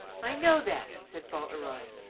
i know that, said fauntleroy,